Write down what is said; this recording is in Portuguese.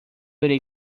irei